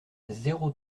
zéro